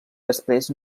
després